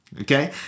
okay